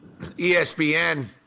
ESPN